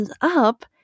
up